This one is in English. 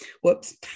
whoops